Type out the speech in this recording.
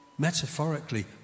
metaphorically